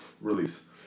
release